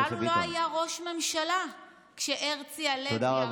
בכלל הוא לא היה ראש ממשלה כשהרצי הלוי,